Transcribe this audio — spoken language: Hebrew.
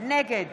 נגד